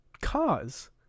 cars